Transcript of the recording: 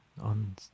on